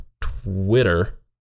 twitter